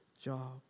job